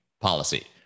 policy